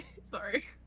Sorry